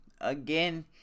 Again